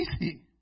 easy